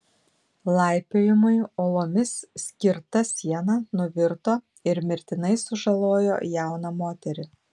laipiojimui uolomis skirta siena nuvirto ir mirtinai sužalojo jauną moterį